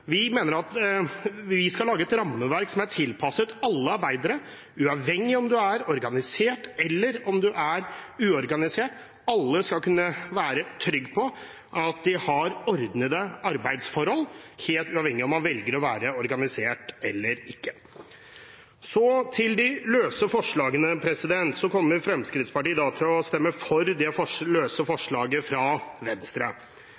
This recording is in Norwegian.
mener at vi skal lage et rammeverk som er tilpasset alle arbeidere, uavhengig av om de er organisert eller uorganisert. Alle skal kunne være trygge på at de har ordnede arbeidsforhold, helt uavhengig av om de velger å være organisert eller ikke. Så til de løse forslagene. Fremskrittspartiet kommer til å stemme for det løse forslaget fra Venstre.